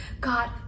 God